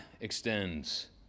extends